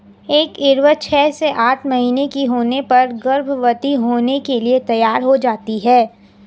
एक ईव छह से आठ महीने की होने पर गर्भवती होने के लिए तैयार हो जाती है